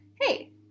Hey